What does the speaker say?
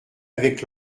avec